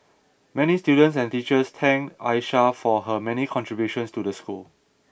many students and teachers thanked Aisha for her many contributions to the school